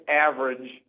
average